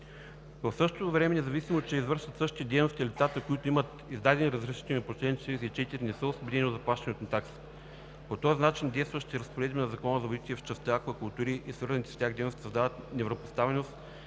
В същото време, независимо че извършват същите дейности, лицата, които имат издадени разрешителни по чл. 44, не са освободени от заплащането на такса. По този начин действащите разпоредби на Закона за водите в частта аквакултури и свързаните с тях дейности създават неравнопоставеност